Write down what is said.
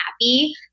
happy